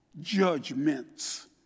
judgments